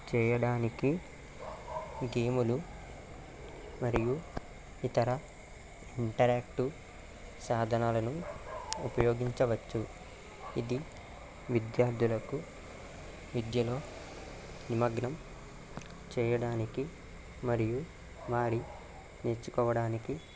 చేయడానికి గేములు మరియు ఇతర ఇంటరాక్టివ్ సాధనాలను ఉపయోగించవచ్చు ఇది విద్యార్థులకు విద్యలో నిమగ్నం చేయడానికి మరియు వారి నేర్చుకోవడానికి